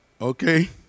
Okay